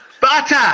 Butter